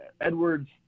Edwards